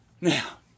Now